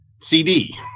CD